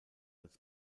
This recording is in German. als